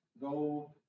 go